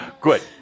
Good